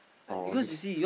oh